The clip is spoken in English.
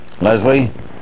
Leslie